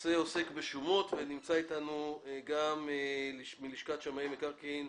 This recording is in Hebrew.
הנושא עוסק בשומות ונמצא איתנו גם מלשכת שמאי המקרקעין,